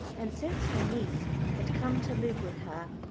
and since her niece had come to live with her,